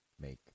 make